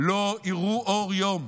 לא יראו אור יום.